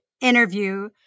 interview